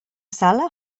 sala